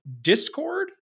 discord